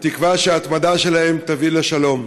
בתקווה שההתמדה שלהן תביא לשלום.